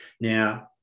now